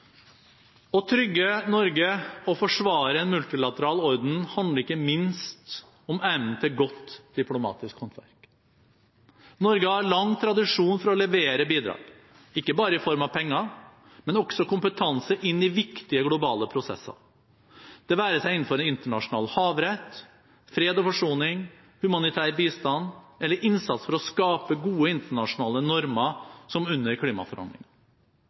Å trygge Norge og forsvare en multilateral orden handler ikke minst om evnen til godt diplomatisk håndverk. Norge har lang tradisjon for å levere bidrag – ikke bare i form av penger, men også kompetanse – inn i viktige globale prosesser, det være seg innenfor internasjonal havrett, fred og forsoning, humanitær bistand eller innsats for å skape gode internasjonale normer, som under klimaforhandlingene.